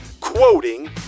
quoting